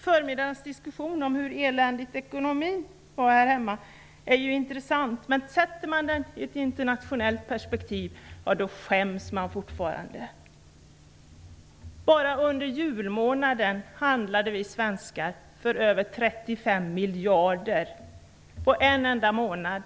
Förmiddagens diskussion om hur eländig ekonomin är här hemma var ju intressant, men sätter man den i ett internationellt perspektiv skäms man fortfarande. Bara under julmånaden handlade vi svenskar för över 35 miljarder, på en enda månad.